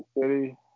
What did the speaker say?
city